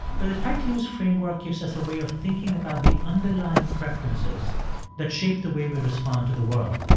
but the tight-loose framework gives us a way of thinking about the underlying preferences that shape the way we respond to the world.